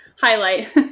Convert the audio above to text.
highlight